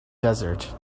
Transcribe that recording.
desert